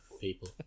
people